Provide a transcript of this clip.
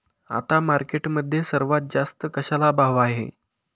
आता मार्केटमध्ये सर्वात जास्त कशाला भाव आहे?